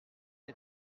est